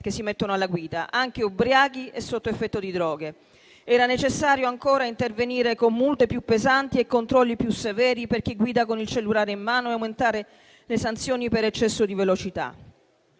che si mettono alla guida anche ubriachi e sotto effetto di droghe; era necessario, ancora, intervenire con multe più pesanti e controlli più severi per chi guida con il cellulare in mano e aumentare le sanzioni per eccesso di velocità;